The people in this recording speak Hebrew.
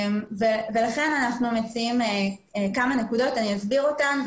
לכן אנחנו מציעים כמה נקודות ואני אסביר אותן.